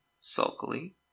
sulkily